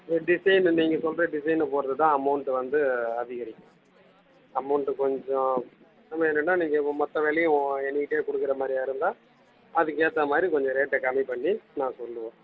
design நீங்கள் சொல்கிற டிசைனை பொறுத்து தான் அமௌண்ட் வந்து அதிகரிக்கும் அமௌண்டு கொஞ்சம் நீங்கள் வேணும்னா நீங்கள் மொத்த வேலையும் என் கிட்டையே கொடுக்குற மாதிரியா இருந்தால் அதுக்கு ஏற்ற மாதிரி கொஞ்சம் ரேட்டை கம்மி பண்ணி நான் சொல்லுவேன்